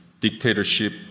dictatorship